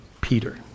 Peter